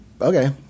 okay